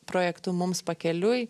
projektu mums pakeliui